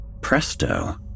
presto